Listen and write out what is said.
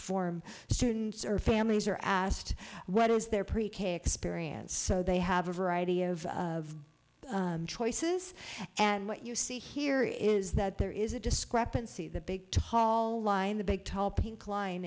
form students are families are asked what is their pre k experience so they have a variety of choices and what you see here is that there is a discrepancy the big tall line the big tall pink line